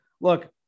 look